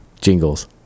jingles